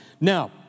Now